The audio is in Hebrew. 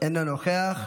אינו נוכח.